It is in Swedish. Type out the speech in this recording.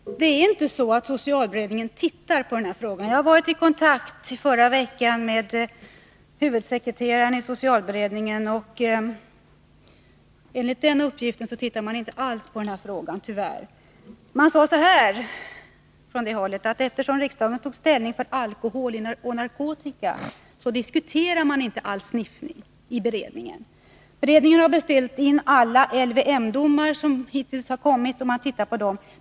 Herr talman! Men det är inte så att socialberedningen följer den här frågan. I förra veckan var jag i kontakt med huvudsekreteraren i socialberedningen, och enligt den uppgift jag fick då ser man inte alls på den här frågan — tyvärr. Man sade där att eftersom riksdagen tog ställning i fråga om alkohol och narkotika, diskuterar man inte alls sniffning i beredningen. Beredningen har beställt alla LYM-domar som hittills har förevarit, och man har studerat dem.